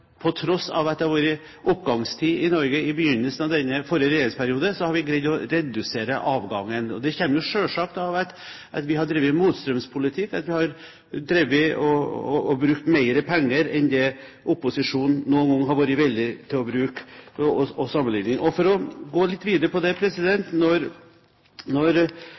til tross for at det var oppgangstid i Norge i begynnelsen av forrige regjeringsperiode, har vi greid å redusere avgangen. Det kommer selvsagt av at vi har drevet motstrømspolitikk, at vi har brukt mer penger enn det opposisjonen noen gang har vært villig til å bruke – for å sammenligne. For å gå litt videre her: Når representanten Kielland Asmyhr sier at det